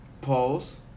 Pause